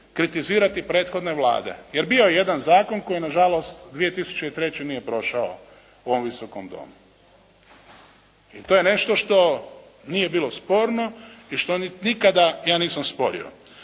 kritizirati prethodne Vlade, jer bio je jedan zakon koji nažalost 2003. nije prošao u ovom Visokom domu. I to je nešto što nije bilo sporno i što nikada ja nisam sporio.